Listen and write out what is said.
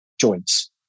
joints